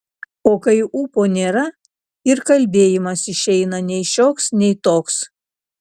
o kai ūpo nėra ir kalbėjimas išeina nei šioks nei toks